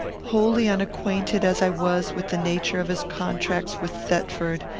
wholly unacquainted as i was with the nature of his contracts with thetford,